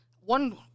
one